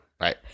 right